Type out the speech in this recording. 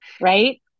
right